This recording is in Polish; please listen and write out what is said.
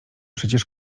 przecież